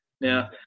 Now